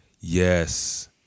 yes